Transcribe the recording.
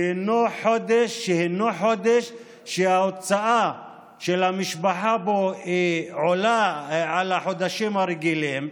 שהינו חודש שבו ההוצאה של המשפחה עולה על ההוצאה בחודשים הרגילים,